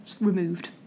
removed